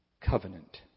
covenant